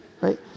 Right